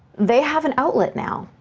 they have an outlet now,